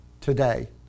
today